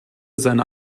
seine